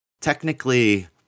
technically